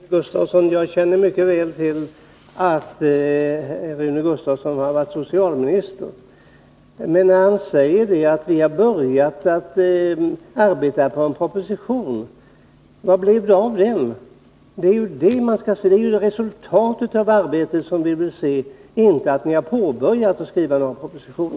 Herr talman! Jag känner mycket väl till att Rune Gustavsson har varit socialminister. Han säger att han då började att arbeta på en proposition, men vad blev det av den? Vi vill se resultatet av arbetet, inte bara höra talas om att ni har påbörjat arbetet med att skriva en proposition.